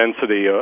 density